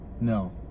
No